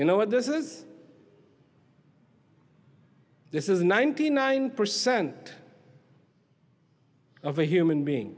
know what this is this is ninety nine percent of a human being